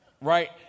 right